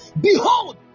Behold